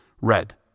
Red